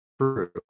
true